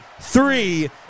three